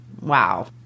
Wow